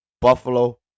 Buffalo